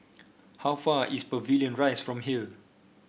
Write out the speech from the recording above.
how far is Pavilion Rise from here